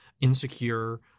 insecure